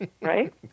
right